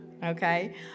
Okay